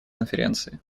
конференции